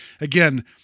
again